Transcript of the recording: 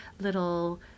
little